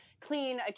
clean